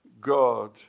God